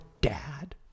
dad